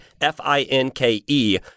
F-I-N-K-E